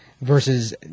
versus